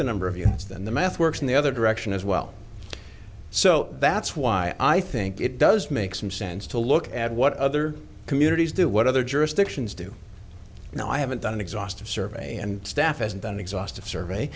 the number of you and the math works in the other direction as well so that's why i think it does make some sense to look at what other communities do what other jurisdictions do you know i haven't done an exhaustive survey and staff isn't an exhaustive survey